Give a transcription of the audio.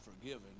forgiven